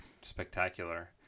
Spectacular